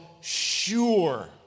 sure